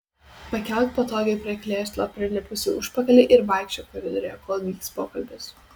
pakelk patogiai prie krėslo prilipusį užpakalį ir vaikščiok koridoriuje kol vyks pokalbis